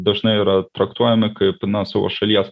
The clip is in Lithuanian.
dažnai yra traktuojami kaip na savo šalies